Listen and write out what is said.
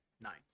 Nine